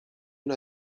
una